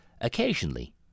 occasionally